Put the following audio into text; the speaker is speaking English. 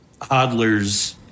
hodlers